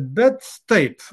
bet taip